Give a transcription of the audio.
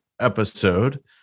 episode